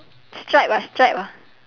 stripe ah stripe ah